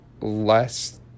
less